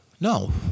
No